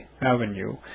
Avenue